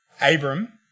Abram